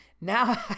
Now